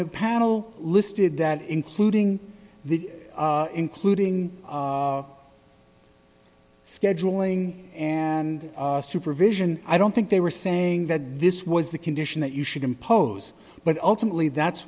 panel listed that including the including scheduling and supervision i don't think they were saying that this was the condition that you should impose but ultimately that's